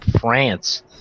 France